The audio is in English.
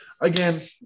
again